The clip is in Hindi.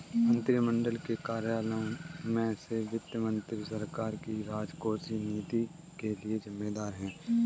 मंत्रिमंडल के कार्यालयों में से वित्त मंत्री सरकार की राजकोषीय नीति के लिए जिम्मेदार है